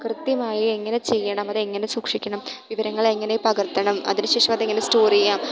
കൃത്യമായി എങ്ങനെ ചെയ്യണം അത് എങ്ങനെ സൂക്ഷിക്കണം വിവരങ്ങൾ എങ്ങനെ പകർത്തണം അതിനു ശേഷം അതെങ്ങനെ സ്റ്റോർ ചെയ്യാം